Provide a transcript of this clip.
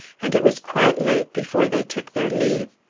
and it was quite late before they took their leave.